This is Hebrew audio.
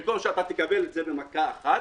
במקום שתקבל את זה במכה אחת,